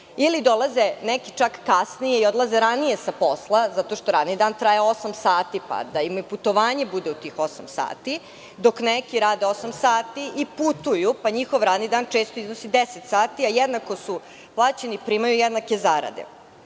ili dolaze neki čak kasnije i odlaze ranije sa posla zato što radni dan traje osam sati, pa da im i putovanje bude u tih osam sati, dok neki rade osam sati i putuju, pa njihov radni dan često iznosi 10 sati, a jednako su plaćeni. Primaju jednake zarade.